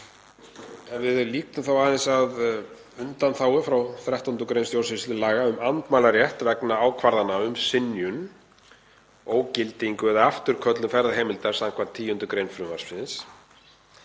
Ef við lítum þá aðeins á undanþágu frá 13. gr. stjórnsýslulaga, um andmælarétt vegna ákvarðana um synjun, ógildingu eða afturköllun ferðaheimildar samkvæmt 10. gr. frumvarpsins,